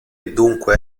dunque